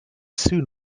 soon